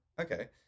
Okay